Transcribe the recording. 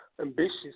ambitious